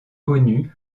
connu